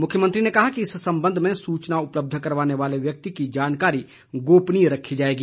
मुख्यमंत्री ने कहा कि इस संबंध में सूचना उपलब्ध करवाने वाले व्यक्ति की जानकारी गोपनीय रखी जाएगी